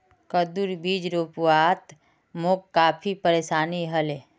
कद्दूर बीज रोपवात मोक काफी परेशानी ह ले